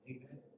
Amen